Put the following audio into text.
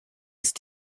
ist